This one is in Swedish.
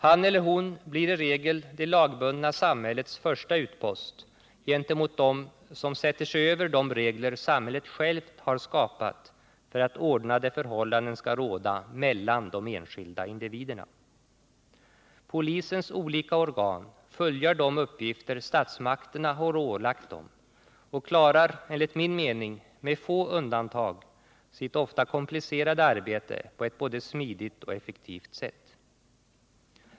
Han eller hon blir i regel det lagbundna samhällets första utpost gentemot dem som sätter sig över de regler samhället självt har skapat för att ordnade förhållanden skall råda mellan de enskilda individerna. Polisens olika organ följer de uppgifter statsmakterna har ålagt dem och klarar enligt min mening med få undantag sitt ofta komplicerade arbete på ett både smidigt och effektivt sätt.